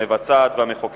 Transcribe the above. המבצעת והמחוקקת.